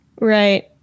Right